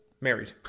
married